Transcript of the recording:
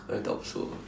I doubt so ah